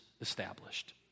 established